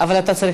אני הקשבתי